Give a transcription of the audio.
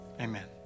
amen